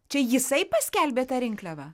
čia jisai paskelbė tą rinkliavą